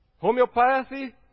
homeopathy